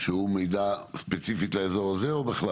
שהוא מידע ספציפית לאזור הזה או בכלל?